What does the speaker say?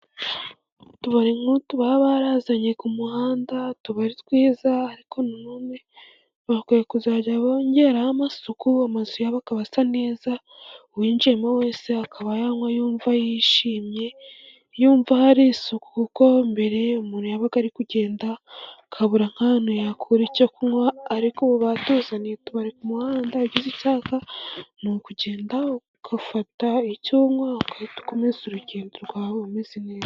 Utubari nk'utu baba barazanye ku muhanda tuba ari twiza, ariko nanone bakwiye kuzajya bongeraho amasuku, amazu yabo akaba asa neza, uwinjiyemo wese akaba yanywa yumva yishimye, yumva hari isuku, kuko mbere umuntu yabaga ari kugenda akabura nk'hantu yakura icyo kunywa, ariko ubu batuzanye ku muhanda. Ugize icyaka ni ukugenda ugafata icyo kunywa ugahita ukomeza urugendo rwawe umeze neza.